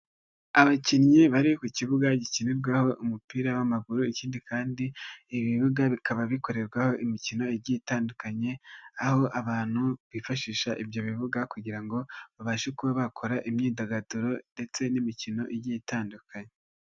Abakinnyi bari ku kibuga gikinirwaho umupira w'amaguru, ikindi kandi ibibuga bikaba bikorerwaho imikino itandukanye, aho abantu bifashisha ibyo bibuga kugira ngo babashe kuba bakora imyidagaduro ndetse n'imikino igiye itandukanye.